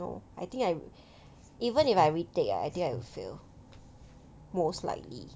no I think I even if I retake ah I think I will fail most likely